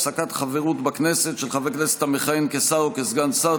הפסקת חברות בכנסת של חבר הכנסת המכהן כשר או כסגן שר),